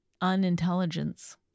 unintelligence